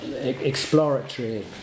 exploratory